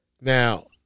Now